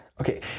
Okay